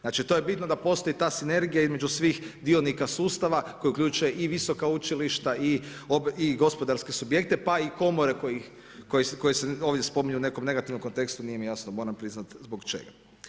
Znači to je bitno, da postoji ta sinergija između svih dionika sustava, koji uključuje i visoka učilišta i opet gospodarske subjekte pa i komore koje se ovdje spominju u nekom negativnom kontekstu, nije mi jasno, moram priznati zbog čega.